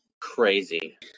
Crazy